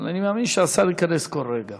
אבל אני מאמין שהשר ייכנס כל רגע.